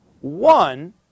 One